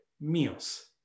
meals